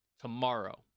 tomorrow